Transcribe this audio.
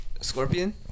Scorpion